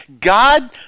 God